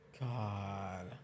God